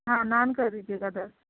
ہاں نان کر دیجیے گا دس